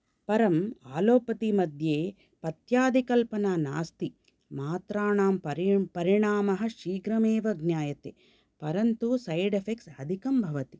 परम् आलोपति मध्ये पथ्यादिकल्पना नास्ति मात्राणा परि परिणामः शीघ्रमेव ज्ञायते परन्तु सैड् एफ़ेक्ट्स् अधिकं भवति